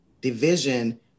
division